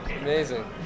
Amazing